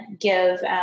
give